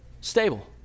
stable